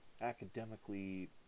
academically